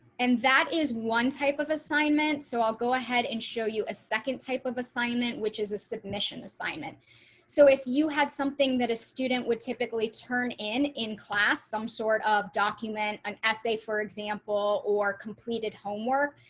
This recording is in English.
and that is one type of assignment. so i'll go ahead and show you a second type of assignment, which is a submission assignment. shari beck so if you had something that a student would typically turn in in class, some sort of document an essay, for example, or completed homework,